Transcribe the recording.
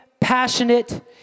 passionate